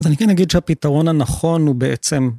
אז אני כן אגיד שהפתרון הנכון הוא בעצם...